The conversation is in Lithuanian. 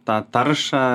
tą taršą